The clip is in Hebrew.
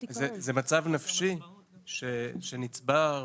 זה מצב שנפשי שנצבר,